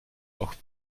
auch